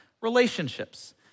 relationships